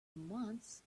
months